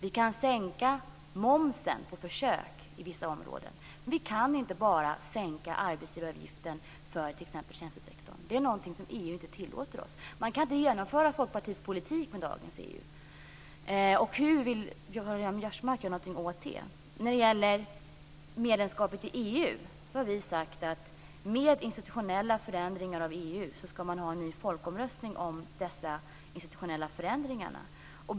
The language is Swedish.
Vi kan sänka momsen på försök på vissa områden, men vi kan inte bara sänka arbetsgivaravgiften för t.ex. tjänstesektorn - det är någonting som EU inte tillåter oss att göra. Man kan inte genomföra Folkpartiets politik med dagens När det gäller medlemskapet i EU har vi sagt: Vid institutionella förändringar av EU ska man ha en ny folkomröstning om dessa.